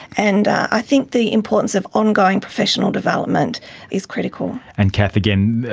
and i think the importance of ongoing professional development is critical. and cath, again,